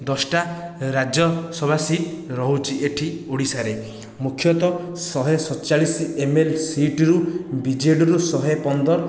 ଦଶଟା ରାଜ୍ୟ ସଭା ସିଟ୍ ରହୁଛି ଏଠି ଓଡ଼ିଶାରେ ମୁଖ୍ୟତଃ ଶହେ ସତଚାଳିଶ ଏମଏଲଏ ସିଟ୍ରୁ ବିଜେଡ଼ିରୁ ଶହେ ପନ୍ଦର